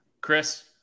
Chris